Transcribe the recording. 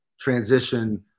transition